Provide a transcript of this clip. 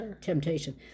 temptation